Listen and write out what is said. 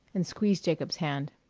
and squeezed jacob's hand.